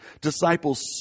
Disciples